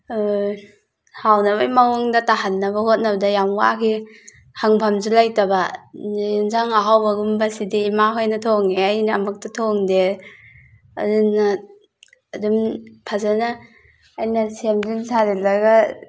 ꯍꯥꯎꯅꯕꯩ ꯃꯋꯣꯡꯗ ꯇꯥꯍꯟꯅꯕ ꯍꯣꯠꯅꯕꯗ ꯌꯥꯝ ꯋꯥꯈꯤ ꯍꯪꯐꯝꯁꯨ ꯂꯩꯇꯕ ꯑꯦꯟꯖꯥꯡ ꯑꯍꯥꯎꯕꯒꯨꯝꯕꯁꯤꯗꯤ ꯏꯃꯥ ꯍꯣꯏꯅ ꯊꯣꯡꯉꯦ ꯑꯩꯅ ꯑꯃꯨꯛꯇ ꯊꯣꯡꯗꯦ ꯑꯗꯨꯅ ꯑꯗꯨꯝ ꯐꯖꯅ ꯑꯩꯅ ꯁꯦꯝꯖꯤꯟ ꯁꯥꯖꯤꯜꯂꯒ